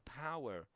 power